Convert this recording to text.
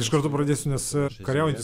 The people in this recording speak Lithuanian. iš karto pradėsiu nes kariaujantis